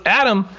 adam